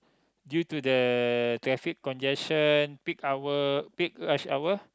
due to the traffic congestion peak hour peak rush hour